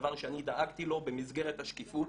דבר שאני דאגתי לו במסגרת השקיפות,